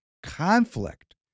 conflict